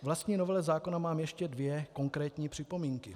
K vlastní novele zákona mám ještě dvě konkrétní připomínky.